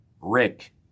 Rick